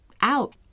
out